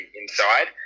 inside